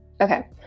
okay